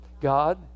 God